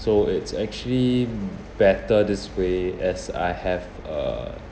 so it's actually better this way as I have a